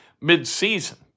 mid-season